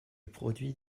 produit